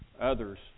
others